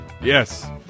Yes